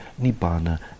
nibbana